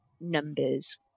numbers